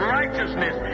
righteousness